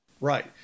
Right